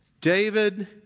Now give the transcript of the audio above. David